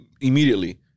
immediately